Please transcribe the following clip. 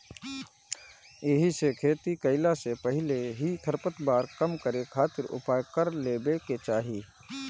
एहिसे खेती कईला से पहिले ही खरपतवार कम करे खातिर उपाय कर लेवे के चाही